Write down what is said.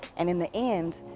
and in the end,